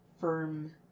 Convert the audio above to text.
firm